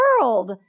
world